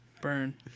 Burn